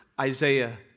Isaiah